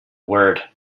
word